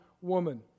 woman